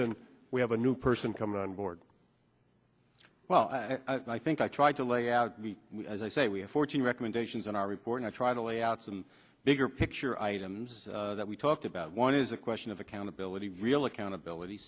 than we have a new person coming on board well i think i tried to lay out as i say we have fourteen recommendations in our report i try to lay out some bigger picture items that we talked about one is a question of accountability real accountability